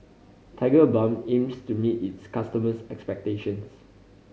Tigerbalm aims to meet its customers expectations